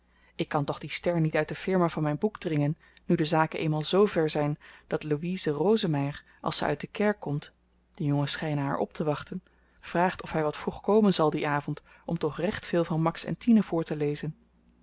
ik kan toch dien stern niet uit de firma van myn boek dringen nu de zaken eenmaal zver zyn dat louise rosemeyer als ze uit de kerk komt de jongens schynen haar optewachten vraagt of hy wat vroeg komen zal dien avend om toch recht veel van max en tine